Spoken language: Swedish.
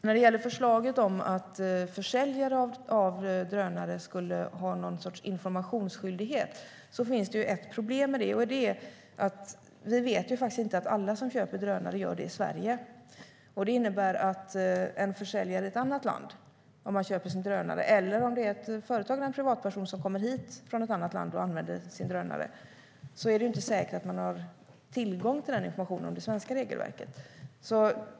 När det gäller förslaget om att försäljare av drönare ska ha någon sorts informationsskyldighet finns det ett problem, nämligen att vi faktiskt inte vet om alla som köper drönare gör detta i Sverige. Det innebär att om man köper sin drönare av en försäljare i ett annat land eller om ett företag eller en privatperson kommer hit från ett annat land och använder sin drönare här är det inte säkert att man har tillgång till information om det svenska regelverket.